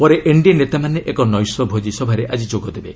ପରେ ଏନ୍ଡିଏ ନେତାମାନେ ଏକ ନୈଶ୍ୟ ଭୋଜିସଭାରେ ଆଜି ଯୋଗ ଦେବେ